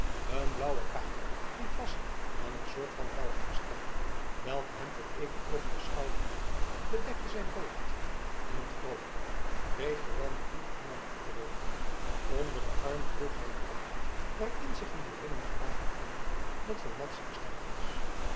een blauwe kaper die vastzat aan een soort van pelgrimskraag welke hem tot even over de schouderen viel bedekte zijn hoofd en een groote breedgerande hoed hing hem op den rug onder den arm droeg hij een pakje waarin zich een boerinnengewaad bevond dat voor madzy bestemd was